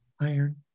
iron